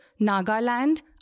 Nagaland